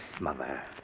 Mother